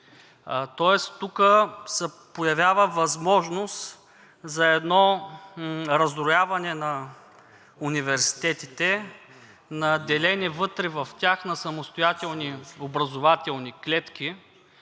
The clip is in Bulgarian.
Тоест тук се появява възможност за едно раздвояване на университетите, на деление вътре в тях на самостоятелни образователни клетки,